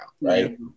right